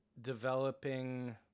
developing